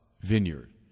vineyard